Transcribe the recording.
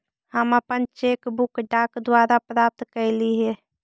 हम अपन cheque book डाक द्वारा प्राप्त कईली हे